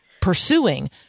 pursuing